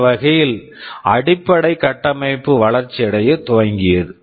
இந்த வழியில் அடிப்படை கட்டமைப்பு வளர்ச்சியடையத் தொடங்கியது